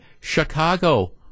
Chicago